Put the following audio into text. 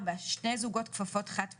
שני זוגות כפפות חד פעמיות,